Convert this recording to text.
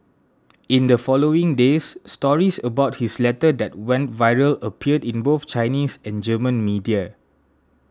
in the following days stories about his letter that went viral appeared in both Chinese and German media